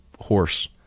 horse